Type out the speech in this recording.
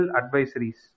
advisories